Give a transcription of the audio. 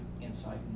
insight